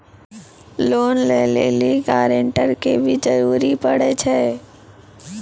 Loan लै लेली guarantor के भी जरूरी पड़ै छै?